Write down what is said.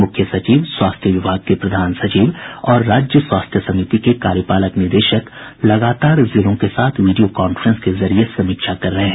मूख्य सचिव स्वास्थ्य विभाग के प्रधान सचिव और राज्य स्वास्थ्य समिति के कार्यपालक निदेशक लगातार जिलों के साथ विडियो कांफ्रेंस के जरिए समीक्षा कर रहे हैं